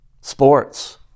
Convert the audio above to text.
Sports